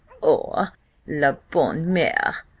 or la bonne mere?